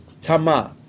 Tama